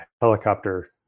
helicopter